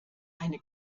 eine